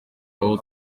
aho